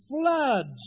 floods